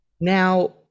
Now